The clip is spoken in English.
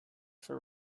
for